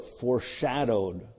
foreshadowed